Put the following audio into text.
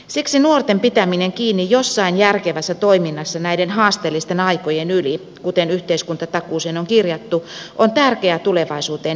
siksi nuorten pitäminen kiinni jossain järkevässä toiminnassa näiden haasteellisten aikojen yli kuten yhteiskuntatakuuseen on kirjattu on tärkeää tulevaisuuteen investointia